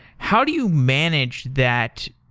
how do you manage that